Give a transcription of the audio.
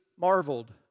marveled